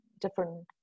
different